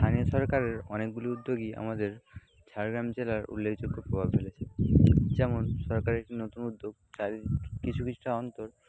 স্থানীয় সরকারের অনেকগুলো উদ্যোগই আমাদের ঝাড়গ্রাম জেলার উল্লেখযোগ্য প্রভাব ফেলেছে যেমন সরকারের একটি নতুন উদ্যোগ চারিদিক কিছু কিছুটা অন্তর